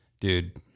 Dude